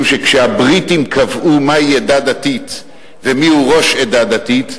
שכשהבריטים קבעו מהי עדה דתית ומיהו ראש עדה דתית,